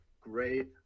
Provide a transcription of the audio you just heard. great